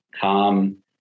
Calm